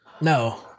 No